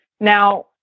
Now